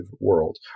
world